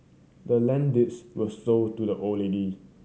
the land deeds was sold to the old lady